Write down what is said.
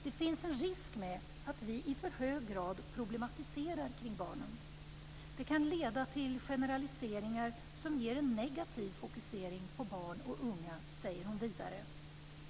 Det finns en risk med att vi i för hög grad problematiserar kring barnen. Det kan leda till generaliseringar som ger en negativ fokusering på barn och unga, säger hon vidare.